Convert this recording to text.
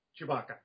Chewbacca